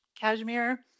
cashmere